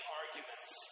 arguments